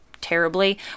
terribly